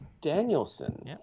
Danielson